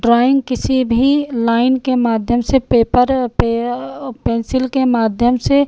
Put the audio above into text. drawing किसी भी line के माध्यम से पेपर पर और पेन्सिल के माध्यम से